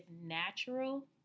natural